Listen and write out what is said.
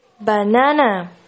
banana